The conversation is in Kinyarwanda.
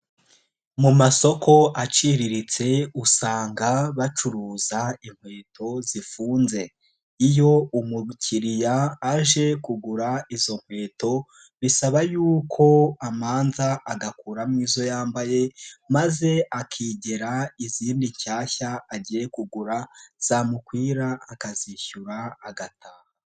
Mu masoko aciriritse usanga bacuruza inkweto zifunze, iyo umukiriya aje kugura izo nkweto bisaba y'uko amanza agakuramo izo yambaye maze akigera izindi nshyashya agiye kugura zamukwira akazishyura agataha.